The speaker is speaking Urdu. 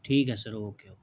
ٹھیک ہے سر اوکے اوکے